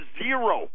zero